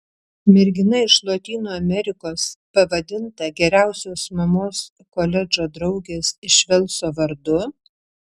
mergina iš lotynų amerikos pavadinta geriausios mamos koledžo draugės iš velso vardu